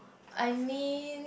I mean